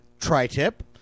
tri-tip